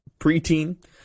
preteen